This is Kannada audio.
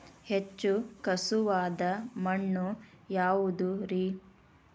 ಹೆಚ್ಚು ಖಸುವಾದ ಮಣ್ಣು ಯಾವುದು ರಿ?